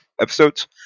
episodes